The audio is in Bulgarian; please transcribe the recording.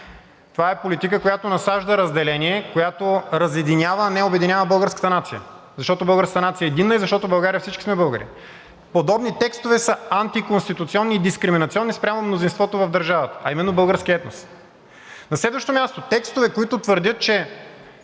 Това е политика, която насажда разделение, която разединява, а не обединява българската нация, защото българската нация е единна и защото в България всички сме българи. Подобни текстове са антиконституционни и дискриминационни спрямо мнозинството в държавата, а именно – българския етнос. На следващо място, текстове, с които твърдят, че